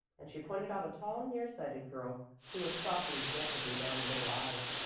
and she pointed out a tall, near-sighted girl who was stalking dejectedly down the middle aisle.